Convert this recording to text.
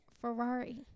Ferrari